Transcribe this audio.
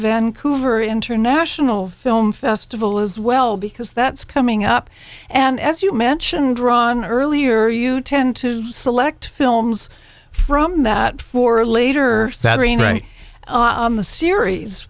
vancouver international film festival as well because that's coming up and as you mentioned drawn earlier you tend to select films from that for later saturday night the series